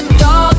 dog